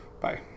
Bye